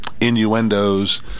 innuendos